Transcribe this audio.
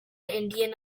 indian